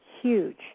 huge